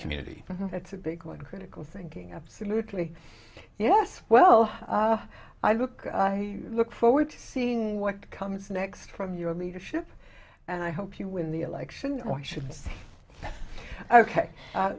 community that's a big like critical thinking absolutely yes well i look i look forward to seeing what comes next from your leadership and i hope you win the election i should say